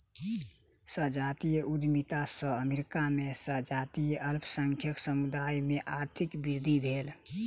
संजातीय उद्यमिता सॅ अमेरिका में संजातीय अल्पसंख्यक समुदाय में आर्थिक वृद्धि भेल